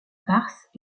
farces